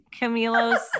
Camilo's